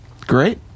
Great